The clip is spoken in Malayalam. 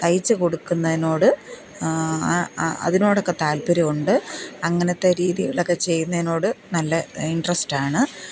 തയ്ച്ച് കൊടുക്കുന്നതിനോട് അതിനോടൊക്കെ താല്പ്പര്യമുണ്ട് അങ്ങനെത്തെ രീതികളൊക്കെ ചെയ്യുന്നതിനോട് നല്ല ഇന്ട്രെസ്റ്റ് ആണ്